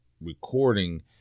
recording